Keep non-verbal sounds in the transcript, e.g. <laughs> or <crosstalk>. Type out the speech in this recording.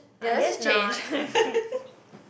ya let's just change <laughs>